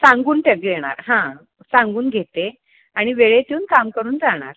सांगून त्या घेणार हां सांगून घेते आणि वेळेत येऊन काम करून जाणार